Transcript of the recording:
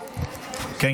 העבודה.